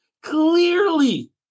clearly